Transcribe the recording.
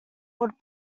would